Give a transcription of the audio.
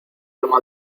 alma